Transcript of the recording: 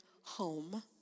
home